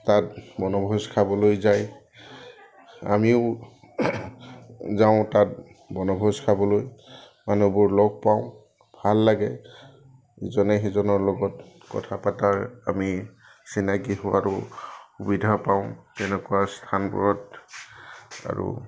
তাত বনভোজ খাবলৈ যায় আমিও যাওঁ তাত বনভোজ খাবলৈ মানুহবোৰ লগ পাওঁ ভাল লাগে ইজনে সিজনৰ লগত কথা পতাৰ আমি চিনাকি হোৱাৰো সুবিধা পাওঁ তেনেকুৱা স্থানবোৰত আৰু